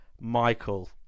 Michael